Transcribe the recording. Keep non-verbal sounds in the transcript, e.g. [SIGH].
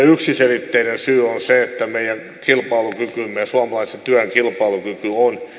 [UNINTELLIGIBLE] yksiselitteinen syy on se että meidän kilpailukykymme ja suomalaisen työn kilpailukyky on